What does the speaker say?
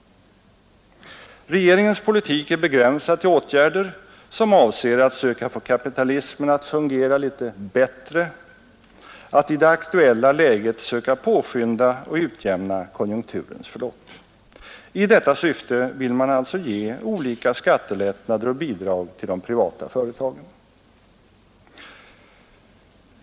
Regeringens politik är begränsad till åtgärder som avser att söka få kapitalismen att fungera ”bättre”, att i det aktuella läget söka påskynda och utjämna konjunkturens förlopp. I detta syfte vill man alltså ge olika skattelättnader och bidrag till de privata företagen.